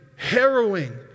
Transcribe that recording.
harrowing